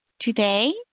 Today